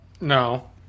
No